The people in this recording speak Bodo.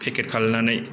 पेकेट खालायनानै